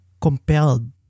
compelled